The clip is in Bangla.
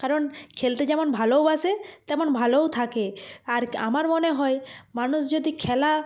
কারণ খেলতে যেমন ভালোওবাসে তেমন ভালোও থাকে আর আমার মনে হয় মানুষ যদি খেলা